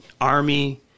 army